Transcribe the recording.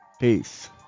Peace